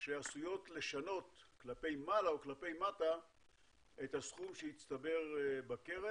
שעשויות לשנות כלפי מעלה או כלפי מטה את הסכום שהצטבר בקרן.